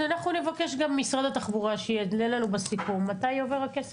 אז אנחנו נבקש גם ממשרד התחבורה ש- -- בסיכום מתי עובר הכסף,